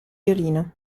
violino